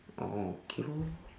oh okay lor